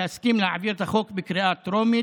להסכים להעביר את החוק בקריאה טרומית,